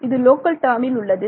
இது லோக்கல் டேர்மில் உள்ளது